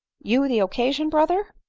you the occasion, brother!